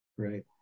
Right